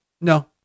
no